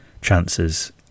chances